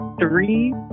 Three